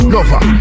Lover